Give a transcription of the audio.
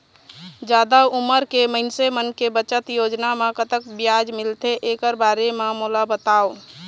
जादा उमर के मइनसे मन के बचत योजना म कतक ब्याज मिलथे एकर बारे म मोला बताव?